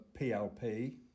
PLP